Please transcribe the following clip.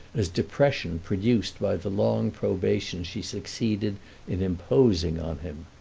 as depression produced by the long probation she succeeded in imposing on him.